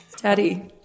Daddy